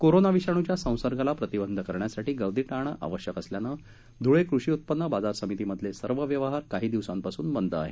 corona विषाणूच्या संसर्गाला प्रतिबंध करण्यासाठी गर्दी टाळणे आवश्यक असल्याने ध्ळे कृषि उत्पन्न बाजार समिती मधील सर्व व्यवहार काही दिवसांपासून बंद आहेत